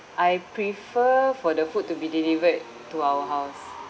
I prefer for the food to be delivered to our house